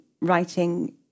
writing